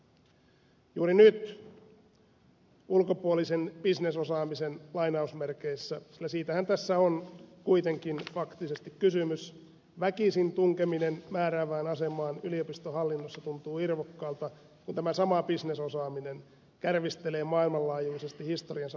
juuri nyt ulkopuolisen bisnesosaamisen ja siitähän tässä on kuitenkin faktisesti kysymys väkisin tunkeminen määräävään asemaan yliopiston hallinnossa tuntuu irvokkaalta kun tämä sama bisnesosaaminen kärvistelee maailmanlaajuisesti historiansa pahimmassa kriisissä